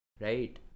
Right